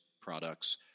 products